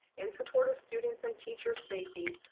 in support of students and teachers safety,